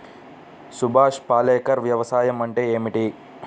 సుభాష్ పాలేకర్ వ్యవసాయం అంటే ఏమిటీ?